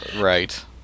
Right